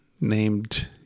named